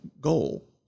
goal